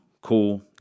cool